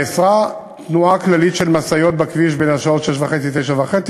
נאסרה תנועה כללית של משאיות בכביש בשעות 06:30 09:30,